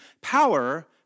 power